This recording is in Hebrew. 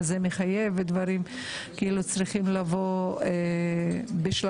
זה מחייב ושדברים צריכים לבוא בשלבים,